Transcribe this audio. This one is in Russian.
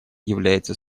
является